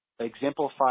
Exemplify